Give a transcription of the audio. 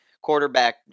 quarterback